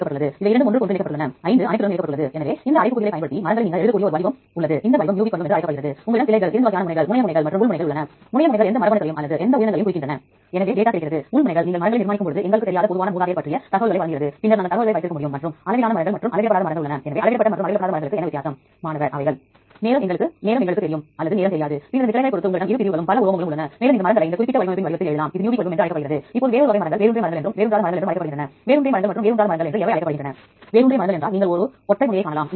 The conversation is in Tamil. இப்போது சேர்க்கப்பட்டுள்ள டேட்டாக்களை பதிவிறக்கம் செய்ய நீங்கள் விரும்பினால் ஒவ்வொரு தடவையும் கிளிக் செய்து இங்கு இருந்து பதிவிறக்கம் செய்யலாம் அல்லது அனைத்து டேட்டாவையும் பதிவிறக்கம் செய்ய விரும்பினால் பின்னர் யாரையும் தேர்ந்தெடுக்க வேண்டிய அவசியம் இல்லை நீங்கள் அனைத்தையும் பதிவிறக்கம் செய்யலாம்